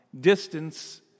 distance